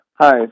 Hi